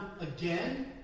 again